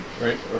right